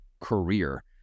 career